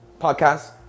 podcast